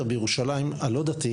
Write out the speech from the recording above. כאשר חמשת המוסדות שפועלים בעיר,